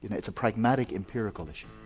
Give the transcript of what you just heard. you know it's a pragmatic empirical issue.